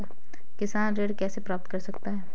किसान ऋण कैसे प्राप्त कर सकते हैं?